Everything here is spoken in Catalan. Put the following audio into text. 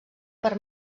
per